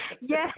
Yes